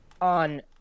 on